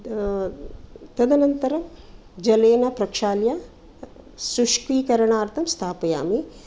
तदनन्तरं जलेन प्रक्षाल्य शुष्कीकरणार्तं स्थापयामि